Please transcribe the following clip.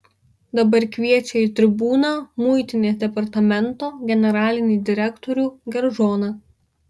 dabar kviečia į tribūną muitinės departamento generalinį direktorių geržoną